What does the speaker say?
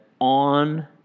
on